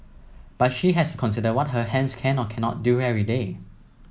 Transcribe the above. but she has consider what her hands can or cannot do every day